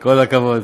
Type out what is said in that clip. כל הכבוד,